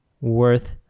worth